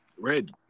Red